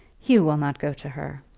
hugh will not go to her.